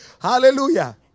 Hallelujah